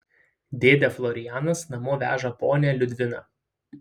dėdė florianas namo veža ponią liudviną